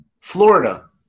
Florida